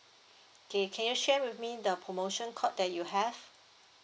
okay can you share with me the promotion code that you have